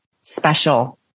special